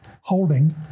holding